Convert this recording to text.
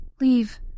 leave